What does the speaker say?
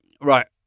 Right